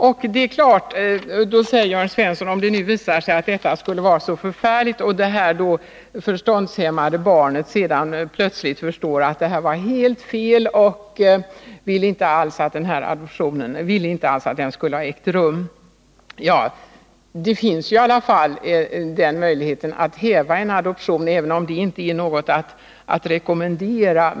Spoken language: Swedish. Jörn Svensson frågar då vad som händer, om adoptionen skulle vara misslyckad och det förståndshämmade barnet förstår att den var helt fel och vill att den inte alls skulle ha ägt rum. Då finns i alla fall möjlighet att häva adoptionen, även om det inte är något att rekommendera.